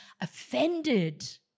offended